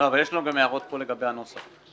יש לנו הערות לגבי הנוסח.